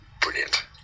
brilliant